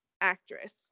actress